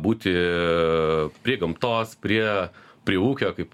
būti prie gamtos prie prie ūkio kaip